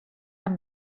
amb